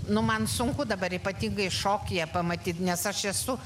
nu man sunku dabar ypatingai šokyje pamatyti nes aš esu